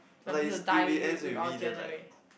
his family will die with with our generate